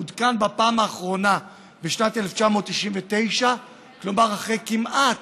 עודכן בפעם האחרונה בשנת 1999. אחרי כמעט